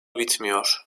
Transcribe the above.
bitmiyor